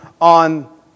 on